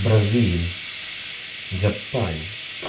Brazil Japan